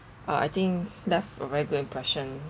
uh I think left a very good impression